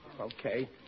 Okay